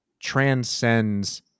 Transcends